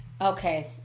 Okay